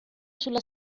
sulla